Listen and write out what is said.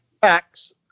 facts